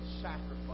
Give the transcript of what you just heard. sacrifice